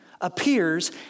appears